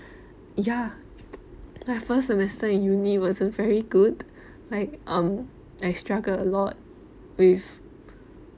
ya my first semester in uni wasn't very good like um I struggle a lot with